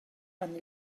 han